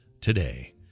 today